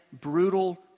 brutal